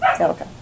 Okay